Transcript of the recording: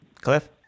Cliff